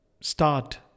start